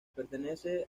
pertenece